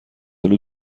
آلو